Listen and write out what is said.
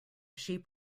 sheep